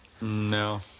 No